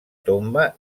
tomba